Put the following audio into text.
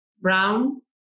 brown